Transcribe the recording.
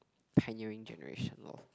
pioneering generation lor